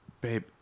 Babe